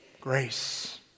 grace